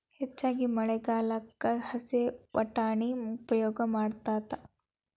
ಹೆಚ್ಚಾಗಿ ಮಳಿಗಾಲಕ್ಕ ಹಸೇ ವಟಾಣಿನ ಉಪಯೋಗ ಮಾಡತಾತ